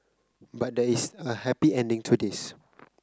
but there is a happy ending to this